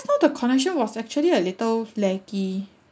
just now the connection was actually a little laggy